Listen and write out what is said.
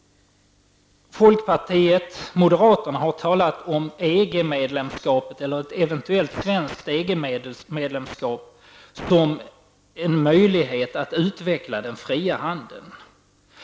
Folkpartiet och moderaterna har talat om ett eventuellt svenskt EG-medlemsskap som en möjlighet att utveckla den fria handeln.